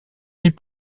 n’est